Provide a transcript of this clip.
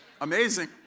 amazing